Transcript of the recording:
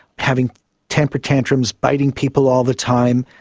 having temper tantrums, biting people all the time,